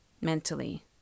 mentally